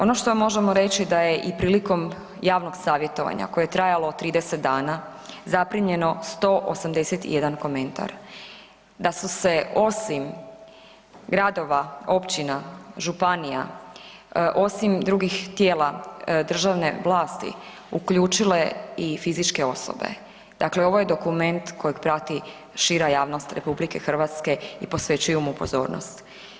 Ono što možemo reći da je i prilikom javnog savjetovanja koje je trajalo 30 dana zaprimljeno 181 komentar, da su se osim gradova, općina, županija osim drugih tijela državne vlasti uključile i fizičke osobe, dakle ovo je dokument kojeg prati šira javnost RH i posvećuju mu pozornost.